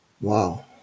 wow